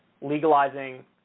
legalizing